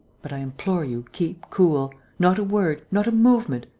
but, i implore you, keep cool. not a word, not a movement,